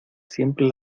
siempre